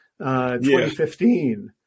2015